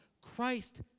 Christ